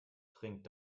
trinkt